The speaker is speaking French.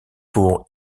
pour